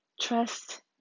trust